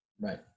Right